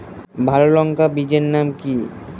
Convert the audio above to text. ভালো লঙ্কা বীজের নাম কি?